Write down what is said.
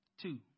Two